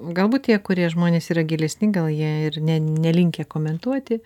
galbūt tie kurie žmonės yra gilesni gal jie ir ne nelinkę komentuoti